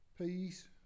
peace